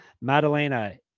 Madalena